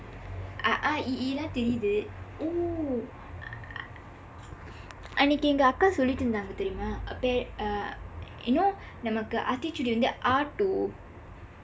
அ ஆ இ ஈ எல்லாம் தெரியுது:a aa i ii ellaam theriyuthu oh அன்னைக்கு எங்க அக்கா சொல்லிக்கிட்டு இருந்தாங்க தெரியுமா:annaikku engka akkaa sollikkitdu irundthaangka theriyumaa uh you know நமக்கு ஆத்திச்சூடி வந்து அ:namakku aaththichsuudi vandthu a to